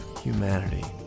Humanity